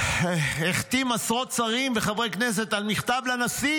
החתים עשרות שרים וחברי כנסת על מכתב לנשיא